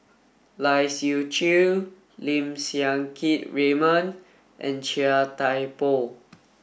Lai Siu Chiu Lim Siang Keat Raymond and Chia Thye Poh